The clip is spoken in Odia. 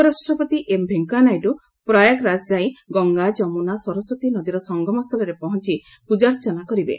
ଉପରାଷ୍ଟ୍ରପତି ଏମ୍ଭେଙ୍କେୟା ନାଇଡୁ ପ୍ରୟାଗରାଜ ଯାଇ ଗଙ୍ଗା ଯମୁନା ସରସ୍ୱତୀ ନଦୀର ସଙ୍ଗମ ସ୍ଥଳରେ ପହଞ୍ଚ ପୂଜାର୍ଚ୍ଚନା କରିବେ